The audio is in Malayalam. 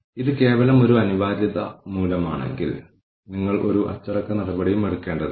നിങ്ങളുടെ സ്വന്തം സ്ഥാപനത്തിന്റെ പ്രവർത്തനം അതിന്റെ അടിസ്ഥാനത്തിൽ വിലയിരുത്തേണ്ടതുണ്ട്